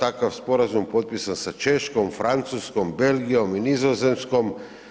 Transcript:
takav sporazum potpisan sa Češkom, Francuskom, Belgijom i Nizozemskom.